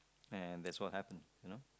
and that's what happened you know